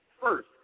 First